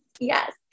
Yes